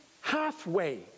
halfway